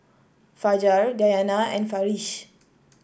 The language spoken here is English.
Fajar Dayana and Farish